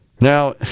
Now